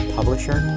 publisher